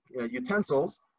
utensils